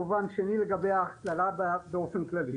ומובן שני לגבי ה --- באופן כללי.